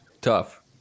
tough